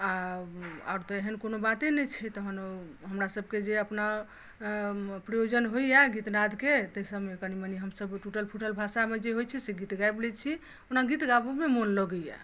आ आर तँ एहन कोनो बाते नहि छै तहन ओ हमरा सबके जे अपना प्रयोजन होइया गीतनादके ताहि सबमे हमसब कनीमनी हमसब टुटल फुटल भाषामे जे होइ छै से गीत गाबि लैत छी ओना गीत गाबऽ मे मोन लगैया